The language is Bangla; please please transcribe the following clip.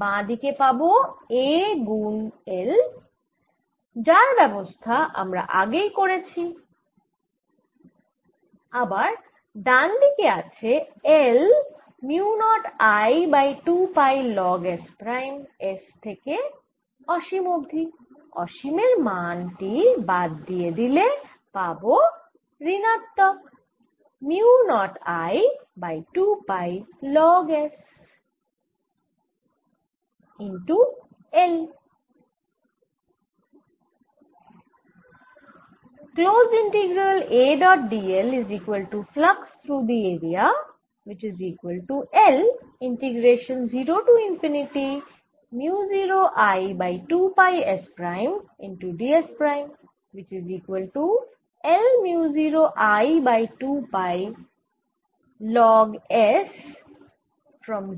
বাঁ দিকে পাবো A গুন l যার ব্যাবস্থা আমরা আগেই করেছি এবার ডান দিকে আছে l mu naught I by 2 pi log s prime s থেকে অসীম অবধি অসীমের মান টি বাদ দিয়ে দিলে শেষে পাবো ঋণাত্মক l mu naught I by 2 pi log